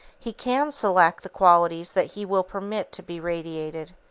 he can select the qualities that he will permit to be radiated.